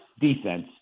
defense